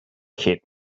kid